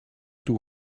doe